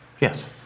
Yes